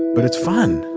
but it's fun.